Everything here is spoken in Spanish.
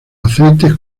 aceites